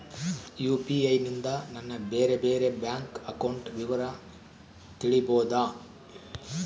UPI ನಿಂದ ನನ್ನ ಬೇರೆ ಬೇರೆ ಬ್ಯಾಂಕ್ ಅಕೌಂಟ್ ವಿವರ ತಿಳೇಬೋದ?